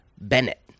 Bennett